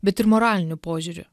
bet ir moraliniu požiūriu